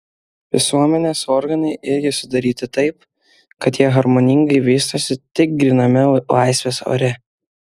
visuomenės organai irgi sudaryti taip kad jie harmoningai vystosi tik gryname laisvės ore